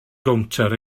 gownter